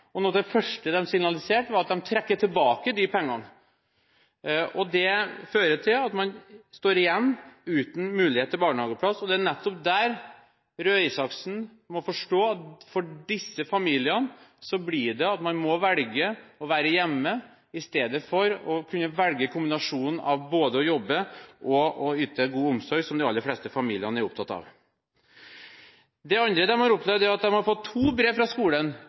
noe av det første de signaliserte, var at de trekker tilbake de pengene. Det fører til at man står igjen uten mulighet til barnehageplass. Det er nettopp det Røe Isaksen må forstå: Disse familiene må velge å være hjemme i stedet for å kunne velge kombinasjonen med å jobbe og yte god omsorg, som de aller fleste familier er opptatt av. Det andre de har opplevd, er at de har fått to brev fra skolen